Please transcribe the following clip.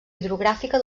hidrogràfica